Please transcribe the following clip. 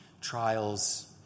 trials